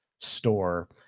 Store